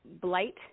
blight